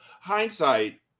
Hindsight